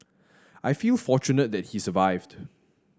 I feel fortunate that he survived